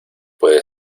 puede